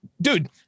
dude